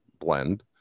blend